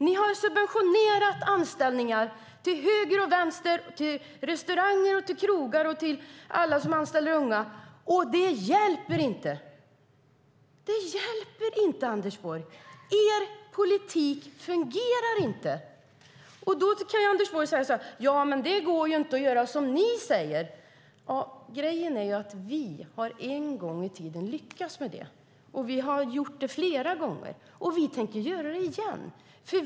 Ni har subventionerat anställningar till höger och vänster, till restauranger och krogar, till alla som anställer unga, men det hjälper inte. Det hjälper inte, Anders Borg. Er politik fungerar inte. Då kan Anders Borg säga så här: Men det går ju inte att göra som ni säger. Grejen är ju att vi en gång i tiden har lyckats med det. Vi har gjort det flera gånger, och vi tänker göra det igen.